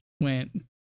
went